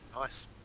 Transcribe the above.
nice